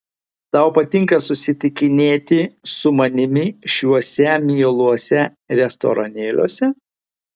tau patinka susitikinėti su manimi šiuose mieluose restoranėliuose